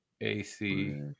AC